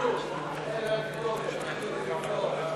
ההצעה להסיר מסדר-היום את הצעת חוק נציבות תלונות